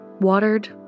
watered